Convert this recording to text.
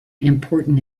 important